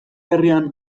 herrian